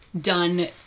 done